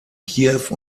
kiew